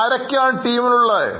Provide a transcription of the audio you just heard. ആരൊക്കെയാണ് ടീമിലുള്ളത്